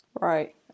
Right